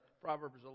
Proverbs